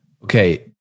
Okay